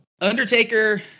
Undertaker